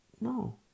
No